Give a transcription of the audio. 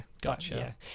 Gotcha